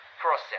process